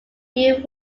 few